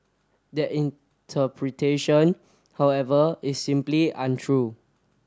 that interpretation however is simply untrue